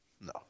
No